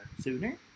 Sooner